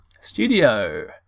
Studio